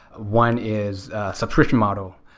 one is subscription model,